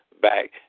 back